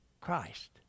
Christ